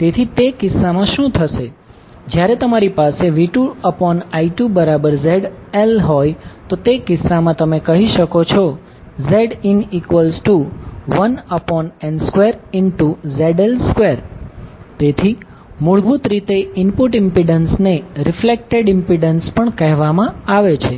તેથી તે કિસ્સામાં શું થશે જયારે તમારી પાસે V2I2ZLહોય તો તે કિસ્સામાં તમે કહી શકો છો Zin1n2ZL2 તેથી મૂળભૂત રીતે ઇનપુટ ઇમ્પિડન્સને રિફ્લેક્ટેડ ઇમ્પિડન્સ પણ કહેવામાં આવે છે